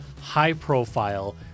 high-profile